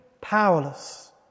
powerless